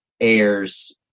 airs